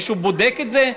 מישהו בודק את זה?